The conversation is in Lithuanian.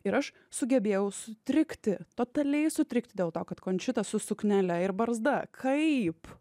ir aš sugebėjau sutrikti totaliai sutrikti dėl to kad končita su suknele ir barzda kaip